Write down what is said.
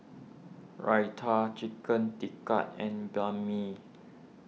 Raita Chicken Tikka and Banh Mi